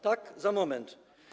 Tak, za moment.